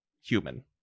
human